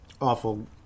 awful